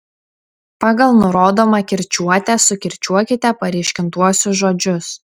pagal nurodomą kirčiuotę sukirčiuokite paryškintuosius žodžius